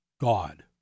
God